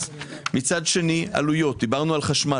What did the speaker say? מצד שני, עלויות דיברנו על חשמל.